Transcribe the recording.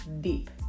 Deep